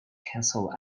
cancel